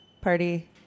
party